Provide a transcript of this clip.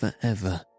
forever